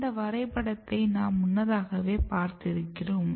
இந்த வரைபடத்தை நாம் முன்னதாகவே பார்த்திருக்கிறோம்